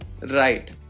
right